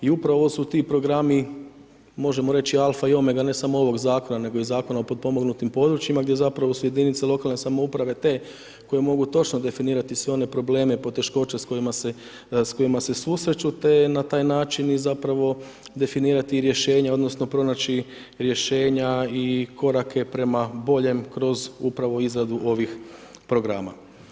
I upravo ovo su ti programi možemo reći alfa i omega ne samo ovog zakona nego i Zakona o potpomognutim područjima gdje zapravo su jedinice lokalne samouprave te koje mogu točno definirati sve one probleme i poteškoće s kojima se susreću te na taj način i zapravo definirati i rješenja odnosno pronaći rješenja i korake prema boljem kroz upravo izradu ovih programa.